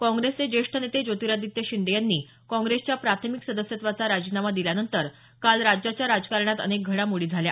काँग्रेसचे ज्येष्ठ नेते ज्योतिरादित्य शिंदे यांनी काँग्रेसच्या प्राथमिक सदस्यत्वाचा राजीनामा दिल्यानंतर काल राज्याच्या राजकारणात अनेक घडामोडी झाल्या